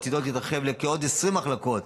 ועתיד להתרחב לעוד כ-20 מחלקות,